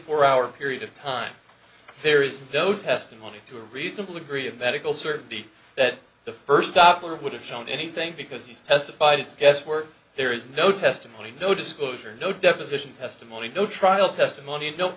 four hour period of time there is no testimony to a reasonable degree of medical certainty that the first doppler would have shown anything because he's testified it's guesswork there is no testimony no disclosure no deposition testimony no trial testimony and